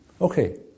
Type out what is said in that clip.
Okay